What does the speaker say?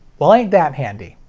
well ain't that handy!